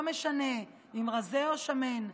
לא משנה אם רזה או שמן,